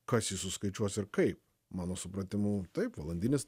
kas jį suskaičiuos ir kaip mano supratimu taip valandinis